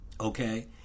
Okay